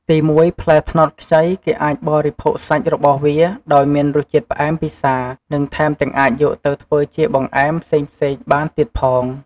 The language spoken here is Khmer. ទីមួយ ផ្លែត្នោតខ្ចីគេអាចបរិភោគសាច់របស់វា ដោយមានរសជាតិផ្អែមពិសា និងថែមទាំងអាចយកទៅធ្វើជាបង្អែមផ្សេងៗបានទៀតផង។